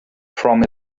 from